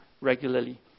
regularly